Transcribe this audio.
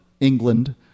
England